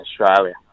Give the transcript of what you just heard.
Australia